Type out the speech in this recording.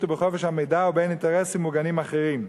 ובחופש המידע ובין אינטרסים מוגנים אחרים.